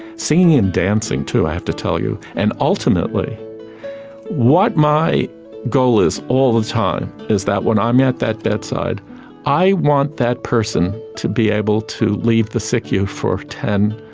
singing and dancing too, i have to tell you. and ultimately what my goal is all the time is that when i'm at that bedside i want that person to be able to leave the sicu for ten,